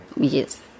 Yes